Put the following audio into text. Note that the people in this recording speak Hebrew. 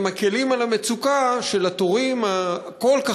הם מקִלים על המצוקה של התורים הארוכים